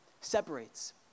separates